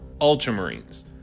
Ultramarines